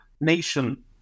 nation